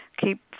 keep